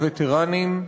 הווטרנים.